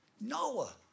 Noah